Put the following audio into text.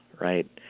right